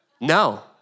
No